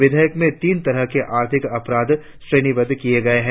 विधेयक में तीन तरह के आर्थिक अपराध श्रेणीबद्ध किए गए हैं